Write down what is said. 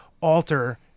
alter